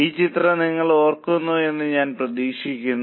ഈ ചിത്രം നിങ്ങൾ ഓർക്കുന്നു എന്ന് ഞാൻ പ്രതീക്ഷിക്കുന്നു